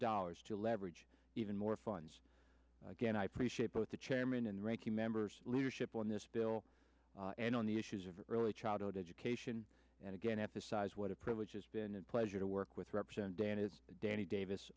dollars to leverage even more funds again i appreciate both the chairman and ranking members leadership on this bill and on the issues of early childhood education and again at the size what a privilege has been a pleasure to work with represent dan it's danny davis